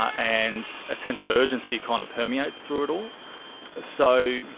and a sense of urgency kind of permeates through it all. so